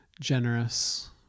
generous